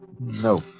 No